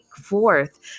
forth